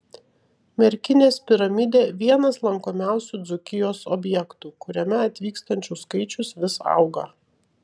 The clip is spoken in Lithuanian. merkinės piramidė vienas lankomiausių dzūkijos objektų kuriame atvykstančių skaičius vis auga